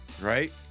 right